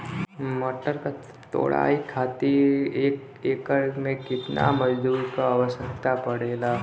मटर क तोड़ाई खातीर एक एकड़ में कितना मजदूर क आवश्यकता पड़ेला?